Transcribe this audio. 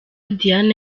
diane